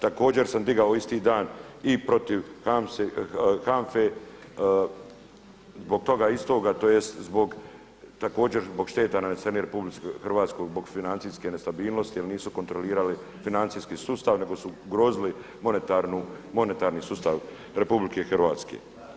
Također sam digao isti dan i protiv HANFA-e zbog toga istoga, tj. zbog, također zbog šteta nanesenih RH zbog financijske nestabilnosti jer nisu kontrolirali financijski sustav, nego su ugrozili monetarni sustav Republike Hrvatske.